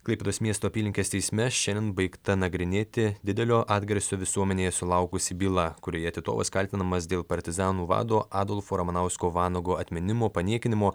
klaipėdos miesto apylinkės teisme šiandien baigta nagrinėti didelio atgarsio visuomenėje sulaukusi byla kurioje titovas kaltinamas dėl partizanų vado adolfo ramanausko vanago atminimo paniekinimo